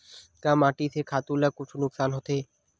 का माटी से खातु ला कुछु नुकसान होथे?